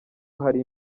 hari